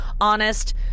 honest